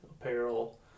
apparel